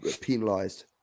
penalised